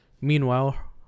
Meanwhile